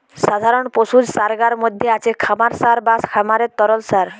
সাধারণ পশুজ সারগার মধ্যে আছে খামার সার বা খামারের তরল সার